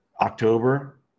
October